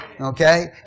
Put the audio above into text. Okay